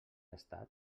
estat